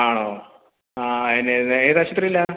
ആണോ ആ ഏത് ആശുപത്രിയിലാണ്